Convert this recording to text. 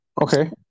Okay